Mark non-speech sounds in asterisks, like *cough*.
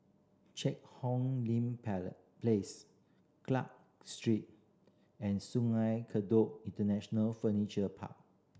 Cheang Hong Lim *unintelligible* Place Clarke Street and Sungei Kadut International Furniture Park